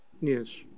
yes